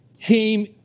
came